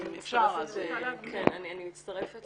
אני מצטרפת